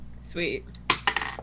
sweet